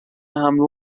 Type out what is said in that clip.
حمله